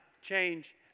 change